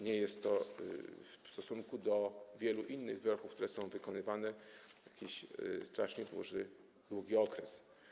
Nie jest to w stosunku do wielu innych wyroków, które są wykonywane, jakiś strasznie długi okres.